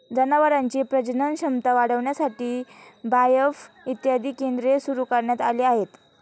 जनावरांची प्रजनन क्षमता वाढविण्यासाठी बाएफ इत्यादी केंद्रे सुरू करण्यात आली आहेत